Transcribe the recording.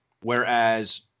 Whereas